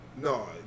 No